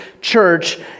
church